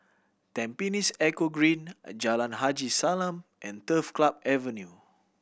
Tampines Eco Green Jalan Haji Salam and Turf Club Avenue